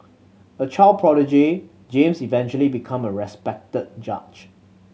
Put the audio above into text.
a child prodigy James eventually become a respected judge